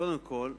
קודם כול,